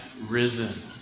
risen